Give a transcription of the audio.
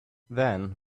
then